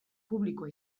publikoa